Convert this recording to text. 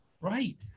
right